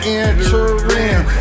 entering